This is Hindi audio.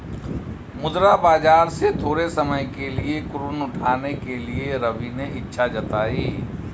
मुद्रा बाजार से थोड़े समय के लिए ऋण उठाने के लिए रवि ने इच्छा जताई